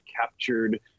captured